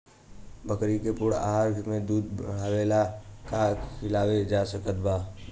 बकरी के पूर्ण आहार में दूध बढ़ावेला का खिआवल जा सकत बा?